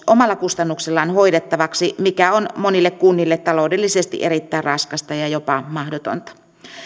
omalla kustannuksellaan hoidettavaksi mikä on monille kunnille taloudellisesti erittäin raskasta ja jopa mahdotonta